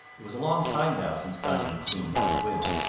it was a long time now since diamond had seen north wind,